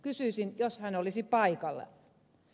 kysyisin jos hän olisi paikalla